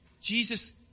Jesus